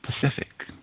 Pacific